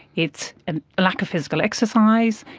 it's and lack of physical exercise,